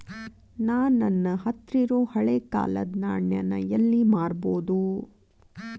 ನಾ ನನ್ನ ಹತ್ರಿರೊ ಹಳೆ ಕಾಲದ್ ನಾಣ್ಯ ನ ಎಲ್ಲಿ ಮಾರ್ಬೊದು?